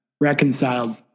reconciled